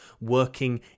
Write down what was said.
working